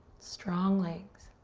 strong legs.